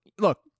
look